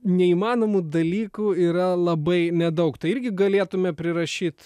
neįmanomų dalykų yra labai nedaug tai irgi galėtume prirašyt